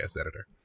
editor